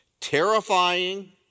terrifying